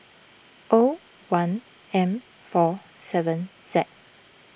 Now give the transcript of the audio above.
O one M four seven Z